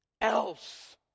else